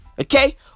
okay